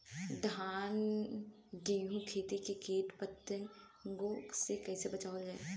धान गेहूँक खेती के कीट पतंगों से कइसे बचावल जाए?